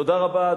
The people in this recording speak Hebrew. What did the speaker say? תודה רבה,